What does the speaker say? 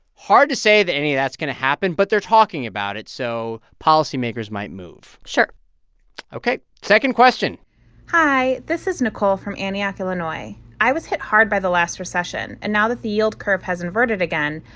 hard to say that any of that's going to happen, but they're talking about it, so policymakers might move sure ok, second question hi. this is nicole from antioch, ill. and i i was hit hard by the last recession, and now that the yield curve has inverted again,